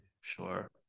Sure